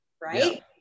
right